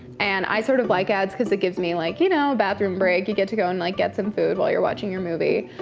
and i sort of like ads cause it gives me like you know bathroom break. you get to go and like get some food while you're watching your movie.